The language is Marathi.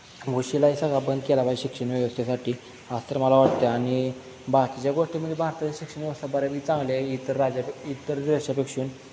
वशिला हे सगळा बंद केला पाहिजे शिक्षण व्यवस्थेसाठी असं तर मला वाटतं आणि बाकीच्या गोष्टी म्हणजे भारताचे शिक्षण व्यवस्था बऱ्यापैकी चांगली आहे इतर राज्यापे इतर देशापेक्षा